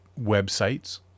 websites